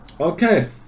okay